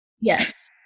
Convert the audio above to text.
Yes